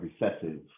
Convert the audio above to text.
recessive